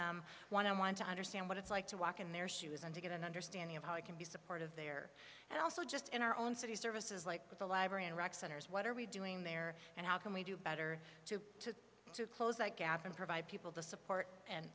them one on one to understand what it's like to walk in their shoes and to get an understanding of how it can be supportive there and also just in our own city services like with the library and rec centers what are we doing there and how can we do better to to to close that gap and provide people to support and